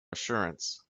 assurance